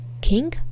king